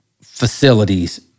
facilities